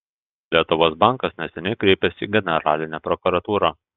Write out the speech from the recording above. lietuvos bankas neseniai kreipėsi į generalinę prokuratūrą